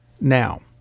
now